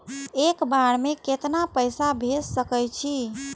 एक बार में केतना पैसा भेज सके छी?